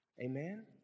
amen